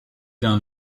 dans